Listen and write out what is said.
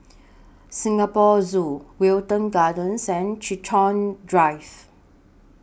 Singapore Zoo Wilton Gardens and Chiltern Drive